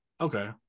Okay